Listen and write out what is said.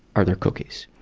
are there cookies?